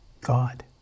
God